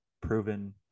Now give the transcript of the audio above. proven